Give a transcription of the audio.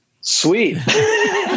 sweet